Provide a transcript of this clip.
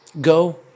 go